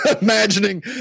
imagining